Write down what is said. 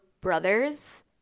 brothers